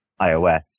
ios